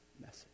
message